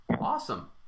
awesome